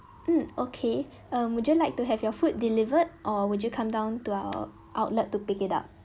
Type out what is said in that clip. mm okay uh would you like to have your food delivered or would you come down to our outlet to pick it up